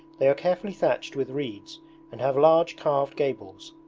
they are carefully thatched with reeds and have large carved gables.